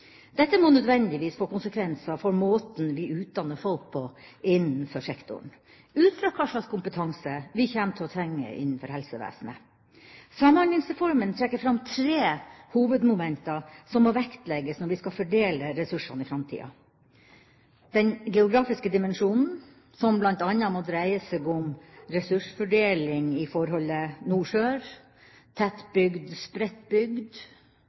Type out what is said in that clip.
Dette må nødvendigvis få konsekvenser for måten vi utdanner folk på innenfor sektoren ut fra hva slags kompetanse vi kommer til å trenge innenfor helsevesenet. Samhandlingsreformen trekker fram tre hovedmomenter som må vektlegges når vi skal fordele ressursene i framtida: den geografiske dimensjonen, som bl.a. må dreie seg om ressursfordeling i forholdet